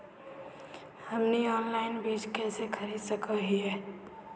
हमनी ऑनलाइन बीज कइसे खरीद सको हीयइ?